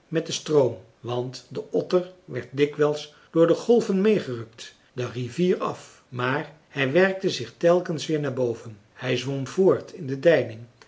met den stroom want de otter werd dikwijls door de golven meêgerukt de rivier af maar hij werkte zich telkens weer naar boven hij zwom voort in de deining